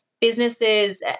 businesses